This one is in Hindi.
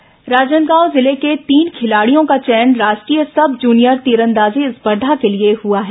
खेल समाचार राजनांदगांव जिले के तीन खिलाड़ियों का चयन राष्ट्रीय सब जूनियर तीरंदाजी स्पर्धा के लिए हुआ है